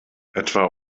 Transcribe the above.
etwa